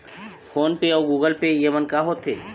Phone पे अउ Google Pay येमन का होते?